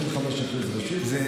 25% רשות.